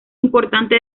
importante